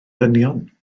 ddynion